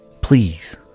Please